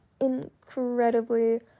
incredibly